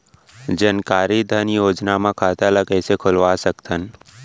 जानकारी धन योजना म खाता ल कइसे खोलवा सकथन?